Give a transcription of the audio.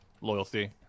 loyalty